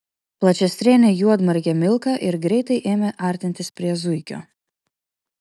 plačiastrėnė juodmargė milka ir greitai ėmė artintis prie zuikio